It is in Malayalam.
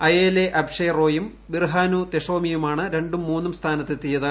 അയേലെ അബ്ഷെ റോയും ബിർഹാനു തെഷോമിയുമാണ് ര ും മൂന്നും സ്ഥാനത്തെത്തിയത്